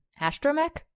astromech